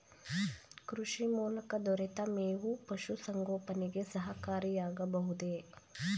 ಕೃಷಿ ಮೂಲಕ ದೊರೆತ ಮೇವು ಪಶುಸಂಗೋಪನೆಗೆ ಸಹಕಾರಿಯಾಗಬಹುದೇ?